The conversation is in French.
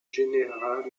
général